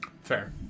fair